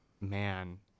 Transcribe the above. man